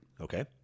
Okay